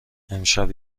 امشب